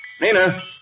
Nina